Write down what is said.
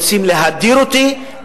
רוצים להדיר אותי,